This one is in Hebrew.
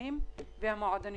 המשפחתונים והמועדוניות.